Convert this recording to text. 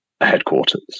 Headquarters